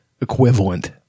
equivalent